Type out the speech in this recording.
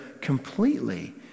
completely